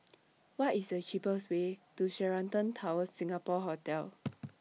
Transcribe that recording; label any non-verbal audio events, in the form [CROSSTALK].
[NOISE] What IS The cheapest Way to Sheraton Towers Singapore Hotel